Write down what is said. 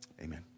Amen